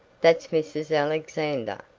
that's mrs. alexander.